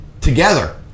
together